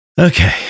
Okay